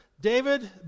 David